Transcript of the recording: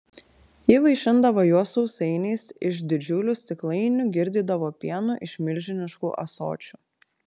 ji vaišindavo juos sausainiais iš didžiulių stiklainių girdydavo pienu iš milžiniškų ąsočių